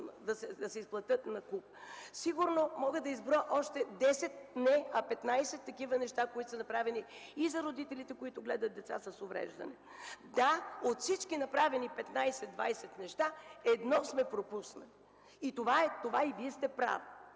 да се изплатят накуп. Сигурно мога да изброя още 10, 15 такива неща, които са направени и за родителите, които гледат деца с увреждания. Да, от всички направени 15-20 неща едно сме пропуснали и Вие сте права.